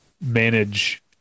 manage